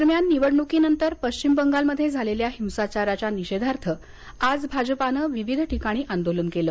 दरम्यान निवडणुकीनंतर पश्चिम बंगालमध्ये झालेल्या हिंसाचाराच्या निषेधार्थ आज भाजपानं देशात विविध ठिकाणी आंदोलन केलं